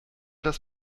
das